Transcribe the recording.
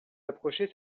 approchez